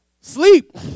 sleep